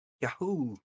Yahoo